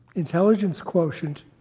intelligence quotient,